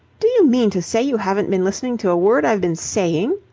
do you mean to say you haven't been listening to a word i've been saying,